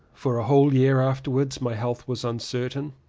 for a whole year after wards my health was uncertain.